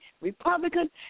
Republican